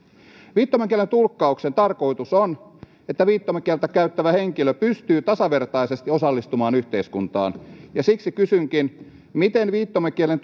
viittomakielen tulkkauksen tarkoitus on että viittomakieltä käyttävä henkilö pystyy tasavertaisesti osallistumaan yhteiskuntaan siksi kysynkin miten viittomakielen